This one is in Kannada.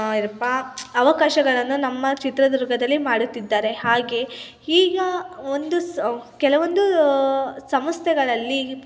ಏನಪ್ಪಾ ಅವಕಾಶಗಳನ್ನು ನಮ್ಮ ಚಿತ್ರದುರ್ಗದಲ್ಲಿ ಮಾಡುತ್ತಿದ್ದಾರೆ ಹಾಗೆ ಈಗ ಒಂದು ಸ ಕೆಲವೊಂದು ಸಂಸ್ಥೆಗಳಲ್ಲಿ